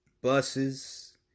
buses